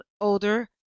older